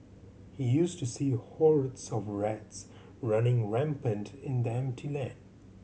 he used to see hordes of rats running rampant in the empty land